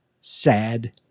Sad